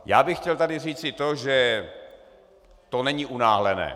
Já bych chtěl tady říci to, že to není unáhlené.